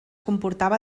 comportava